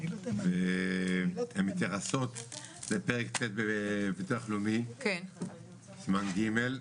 הן מתייחסות לפרק ט' בביטוח לאומי, סימן ג'.